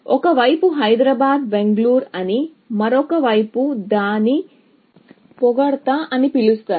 ఒక వైపు హైదరాబాద్ బెంగళూరు అని మరొక వైపు దాని అత్యుత్తమం అని పిలుస్తారు